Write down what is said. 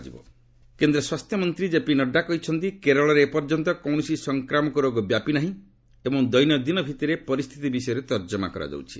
କେରଳ ନଡ୍ଡା କେନ୍ଦ୍ର ସ୍ୱାସ୍ଥ୍ୟ ମନ୍ତ୍ରୀ ଜେପି ନଡ୍ରା କହିଛନ୍ତି କେରଳରେ ଏପର୍ଯ୍ୟନ୍ତ କୌଣସି ସଂକ୍ରାମକ ରୋଗ ବ୍ୟାପି ନାହିଁ ଏବଂ ଦୈନନ୍ଦିନ ଭିଭିରେ ପରିସ୍ଥିତି ବିଷୟରେ ତର୍ଜମା କରାଯାଉଛି